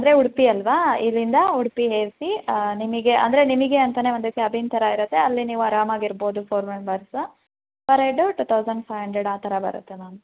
ಅಂದರೆ ಉಡುಪಿ ಅಲ್ವಾ ಇಲ್ಲಿಂದ ಉಡುಪಿಗ್ ಎಸಿ ನಿಮಗೆ ಅಂದರೆ ನಿಮಗೆ ಅಂತನೇ ಒಂದು ಕ್ಯಾಬಿನ್ ಥರ ಇರುತ್ತೆ ಅಲ್ಲಿ ನೀವು ಆರಾಮಾಗಿ ಇರ್ಬೋದು four members per head two thousand five hundred ಆ ಥರ ಬರುತ್ತೆ ಮ್ಯಾಮ್